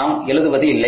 நான் எழுதுவது இல்லை